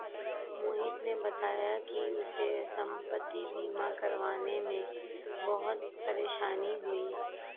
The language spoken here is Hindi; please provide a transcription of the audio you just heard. मोहित ने बताया कि उसे संपति बीमा करवाने में बहुत परेशानी हुई